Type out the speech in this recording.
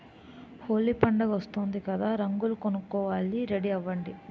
హోలీ పండుగొస్తోంది కదా రంగులు కొనుక్కోవాలి రెడీ అవ్వండి